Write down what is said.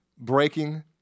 Breaking